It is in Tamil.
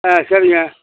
ஆ சரிங்க